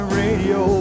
radio